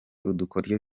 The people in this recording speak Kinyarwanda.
udukoryo